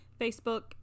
facebook